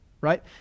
right